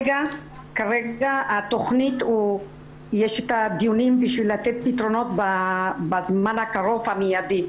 כרגע יש דיונים כדי לתת פתרונות בזמן הקרוב והמיידי.